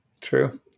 True